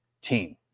team